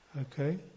Okay